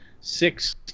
six